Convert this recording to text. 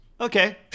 okay